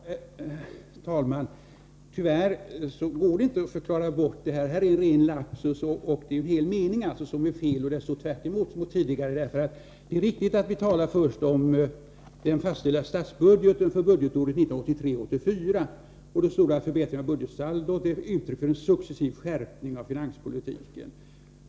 Herr talman! Tyvärr går det inte att bortförklara detta. Det är en ren lapsus. Det är en hel mening som är fel. Där står tvärtemot vad som tidigare sagts. Det är riktigt att vi först talar om den fastställda statsbudgeten för budgetåret 1983/84. Då står det att förbättringen av budgetsaldot är uttryck för en successiv skärpning av finanspolitiken.